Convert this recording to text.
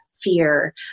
fear